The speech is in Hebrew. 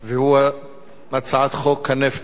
הצעת חוק הנפט (תיקון מס' 6),